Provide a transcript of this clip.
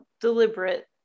deliberate